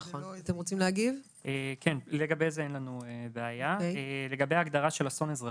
אין לנו בעיה לגבי זה.